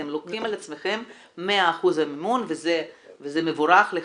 אתם לוקחים על עצמכם 100% מימון וזה מבורך לחלוטין.